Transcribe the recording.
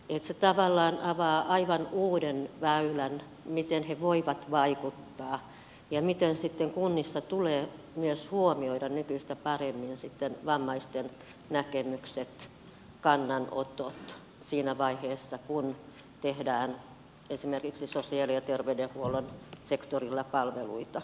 se tavallaan avaa aivan uuden väylän miten he voivat vaikuttaa ja miten kunnissa tulee myös huomioida nykyistä paremmin vammaisten näkemykset kannanotot siinä vaiheessa kun tehdään esimerkiksi sosiaali ja terveydenhuollon sektorilla palveluita